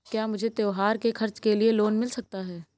क्या मुझे त्योहार के खर्च के लिए लोन मिल सकता है?